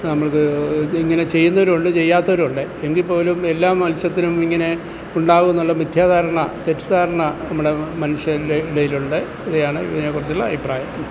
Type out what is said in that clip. നമ്മൾക്ക് ഇങ്ങനെ ചെയ്യുന്നവരും ഉണ്ട് ചെയ്യാത്തവരും ഉണ്ട് എങ്കിൽപ്പോലും എല്ലാ മൽസ്യത്തിനും ഇങ്ങനെ ഉണ്ടാകുമെന്നുള്ള മിഥ്യാധാരണ തെറ്റിദ്ധാരണ നമ്മുടെ മനുഷ്യരുടെ ഇടയിൽ ഉണ്ട് ഇവയാണ് ഇതിനെക്കുറിച്ചുള്ള അഭിപ്രായം